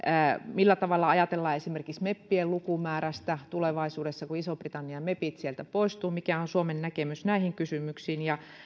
millä tavalla ajatellaan esimerkiksi meppien lukumäärästä tulevaisuudessa kun ison britannian mepit sieltä poistuvat mikä on suomen näkemys näihin kysymyksiin